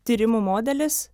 tyrimų modelis